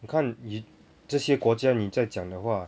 你看你这些国家你在讲的话